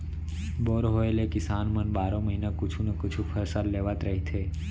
bore के होए ले किसान मन बारो महिना कुछु न कुछु फसल लेवत रहिथे